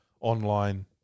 online